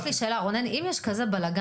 רגע, יש לי שאלה, רונן, אם יש כזה בלגן.